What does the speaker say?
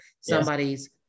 somebody's